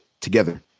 together